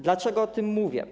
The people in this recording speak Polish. Dlaczego o tym mówię?